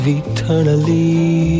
eternally